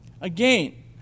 Again